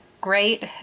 great